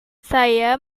saya